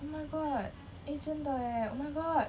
oh my god eh 真的 leh oh my god